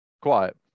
Quiet